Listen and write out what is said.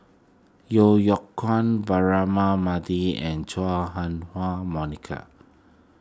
Yeo Yeow Kwang Braema Mathi and Chua Ah Huwa Monica